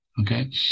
okay